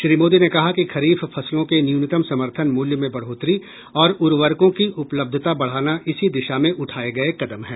श्री मोदी ने कहा कि खरीफ फसलों के न्यूनतम समर्थन मूल्य में बढ़ोतरी और उर्वरकों की उपलब्धता बढ़ाना इसी दिशा में उठाए गए कदम हैं